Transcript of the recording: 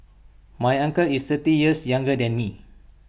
my uncle is thirty years younger than me